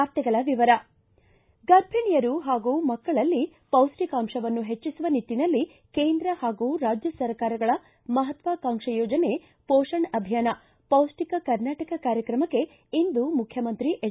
ವಾರ್ತೆಗಳ ವಿವರ ಗರ್ಭಿಣಿಯರು ಹಾಗೂ ಮಕ್ಕಳಲ್ಲಿ ಪೌಷ್ಟಿಕಾಂಶವನ್ನು ಹೆಚ್ಚಿಸುವ ನಿಟ್ಟನಲ್ಲಿ ಕೇಂದ್ರ ಹಾಗೂ ರಾಜ್ಯ ಸರ್ಕಾರಗಳ ಮಹತ್ವಕಾಂಕ್ಷೆ ಯೋಜನೆ ಪೋಷಣ ಅಭಿಯಾನ ಪೌಷ್ಟಕ ಕರ್ನಾಟಕ ಕಾರ್ಯಕ್ರಮಕ್ಷೆ ಇಂದು ಮುಖ್ಯಮಂತ್ರಿ ಎಚ್